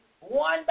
one